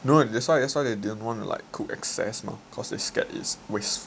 no that's why that's why they didn't wanna like cook excess mah cause they scared it's waste